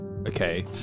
Okay